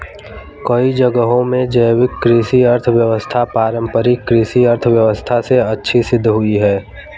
कई जगहों में जैविक कृषि अर्थव्यवस्था पारम्परिक कृषि अर्थव्यवस्था से अच्छी सिद्ध हुई है